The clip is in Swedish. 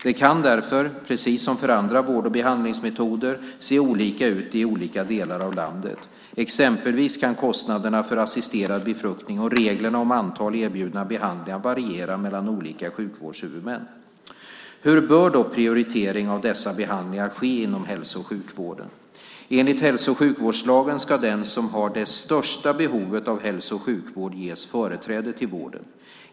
Det kan därför, precis som för andra vård och behandlingsmetoder, se olika ut i olika delar av landet. Exempelvis kan kostnaderna för assisterad befruktning och reglerna om antal erbjudna behandlingar variera mellan olika sjukvårdshuvudmän. Hur bör då prioritering av dessa behandlingar ske inom hälso och sjukvården? Enligt hälso och sjukvårdslagen ska den som har det största behovet av hälso och sjukvård ges företräde till vården.